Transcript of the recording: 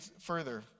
further